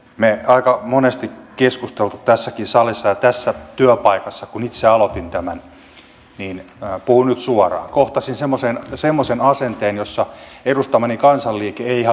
me olemme aika monesti keskustelleet tässäkin salissa ja tässä työpaikassa kun itse aloitin täällä puhun nyt suoraan kohtasin semmoisen asenteen jossa edustamani kansanliike ei ihan kaikille kelvannut